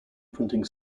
printing